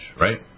right